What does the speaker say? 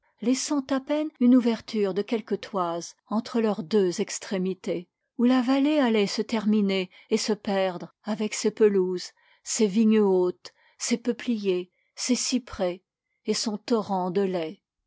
laissant à peine une ouverture de quelques toises entre leurs deux extrémités où la vallée allait se terminer et se perdre avec ses pelouses ses vignes hautes ses peupliers ses cyprès et son torrent de lait